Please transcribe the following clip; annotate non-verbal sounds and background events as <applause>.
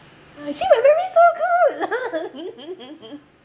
ah you see my memory so good <laughs>